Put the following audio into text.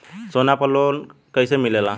सोना पर loan कइसे मिलेला?